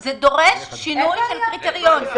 זה דורש שינוי של קריטריון.